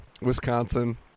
Wisconsin